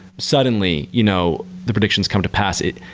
suddenly you know the predictions come to pass it.